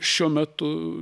šiuo metu